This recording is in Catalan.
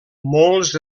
molts